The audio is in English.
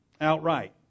outright